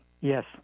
Yes